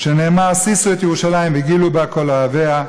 שנאמר: "שמחו את ירושלם וגילו בה כל אֹהביה.